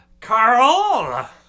Carl